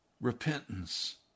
repentance